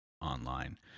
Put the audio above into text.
online